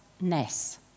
ness